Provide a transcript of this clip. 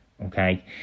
okay